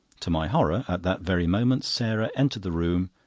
to my horror, at that very moment, sarah entered the room,